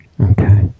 Okay